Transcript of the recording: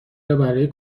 برای